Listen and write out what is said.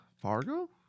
Fargo